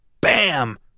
bam